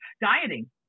Dieting